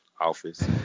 Office